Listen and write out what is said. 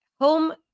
home